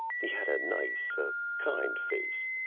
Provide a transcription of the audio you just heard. he had a nice, a kind face.